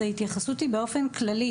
אז ההתייחסות היא באופן כללי,